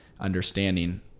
understanding